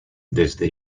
desde